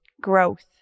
Growth